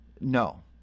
no